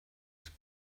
ist